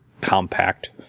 compact